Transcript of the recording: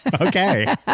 Okay